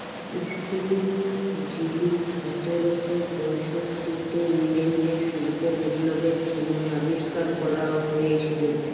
spinning যিলি সতের শ পয়ষট্টিতে ইংল্যাল্ডে শিল্প বিপ্লবের ছময় আবিষ্কার ক্যরা হঁইয়েছিল